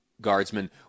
Guardsmen